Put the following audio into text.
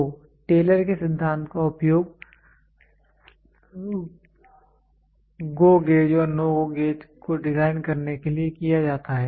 तो टेलर के सिद्धांत का उपयोग GO गेज और NO GO गेज को डिज़ाइन करने के लिए किया जाता है